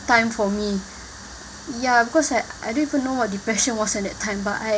time for me ya because I I don't even know what depression was at that time but I